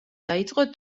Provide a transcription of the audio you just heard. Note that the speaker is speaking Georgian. დაიწყო